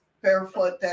barefoot